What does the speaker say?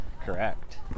Correct